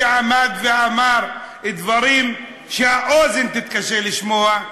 שעמד ואמר דברים שהאוזן תתקשה לשמוע,